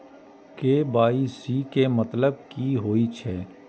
KYC के मतलब कि होई छै?